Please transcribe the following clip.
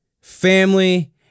family